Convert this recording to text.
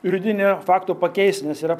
juridinio fakto pakeisti nes yra